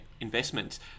investments